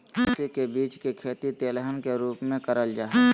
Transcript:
अलसी के बीज के खेती तेलहन के रूप मे करल जा हई